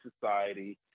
society